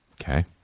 Okay